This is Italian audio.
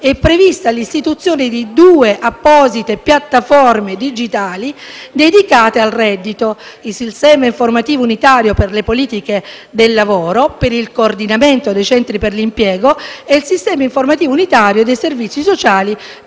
è prevista l'istituzione di due apposite piattaforme digitali dedicate al reddito di cittadinanza: il Sistema informativo unitario delle politiche del lavoro per il coordinamento dei centri per l'impiego e il Sistema informativo unitario dei servizi sociali